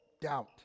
doubt